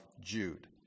Jude